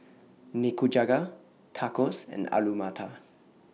Nikujaga Tacos and Alu Matar